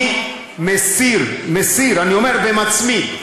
אני מסיר, מסיר, אני אומר, ומצמיד.